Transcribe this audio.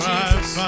Jesus